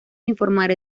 informar